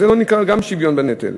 זה לא נקרא שוויון בנטל.